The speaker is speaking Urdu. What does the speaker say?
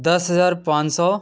دس ہزار پانچ سو